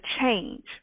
change